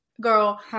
girl